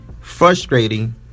frustrating